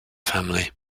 family